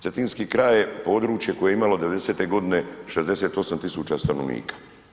Cetinski kraj je područje koje imalo '90. godine 68.000 stanovnika.